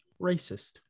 racist